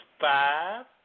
five